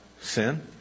sin